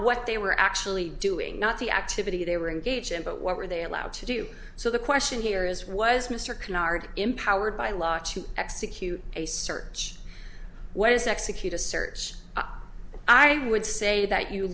what they were actually doing not the activity they were engaged in but what were they allowed to do so the question here is was mr canard empowered by law to execute a search what is execute a search i would say that you